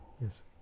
Yes